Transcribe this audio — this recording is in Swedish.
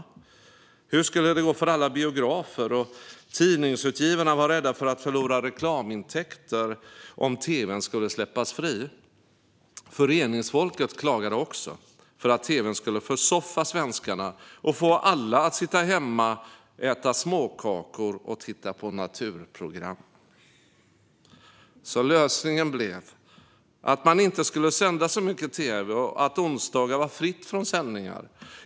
Hur skulle det gå för alla biografer? Tidningsutgivarna var rädda för att förlora reklamintäkter om tv:n skulle släppas fri. Föreningsfolket klagade också: Tv:n skulle försoffa svenskarna och få alla att sitta hemma, äta småkakor och titta på naturprogram. Lösningen blev att man inte skulle sända så mycket tv och att onsdagar skulle vara fria från sändningar.